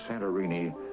Santorini